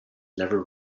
never